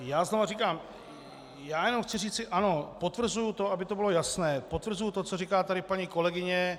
Já znovu říkám, jenom chci říci ano, potvrzuji to, aby to bylo jasné, potvrzuji to, co říká tady paní kolegyně.